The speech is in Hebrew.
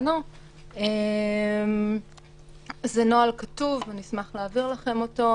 זה נוהל כתוב ואנחנו נשמח להעביר לכם אותו.